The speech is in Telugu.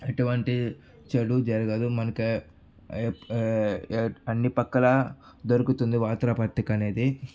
ఎటువంటి చెడు జరగదు మనకి అన్ని పక్కలా దొరుకుతుంది వార్తా పత్రిక అనేది